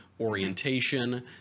orientation